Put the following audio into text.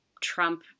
Trump